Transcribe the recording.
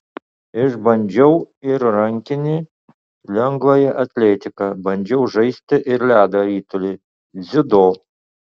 išbandžiau ir rankinį lengvąją atletiką bandžiau žaisti ir ledo ritulį dziudo